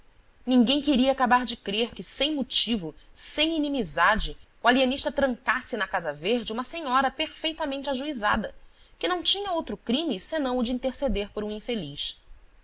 ninguém queria acabar de crer que sem motivo sem inimizade o alienista trancasse na casa verde uma senhora perfeitamente ajuizada que não tinha outro crime senão o de interceder por um infeliz